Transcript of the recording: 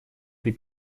при